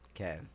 Okay